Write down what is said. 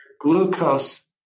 glucose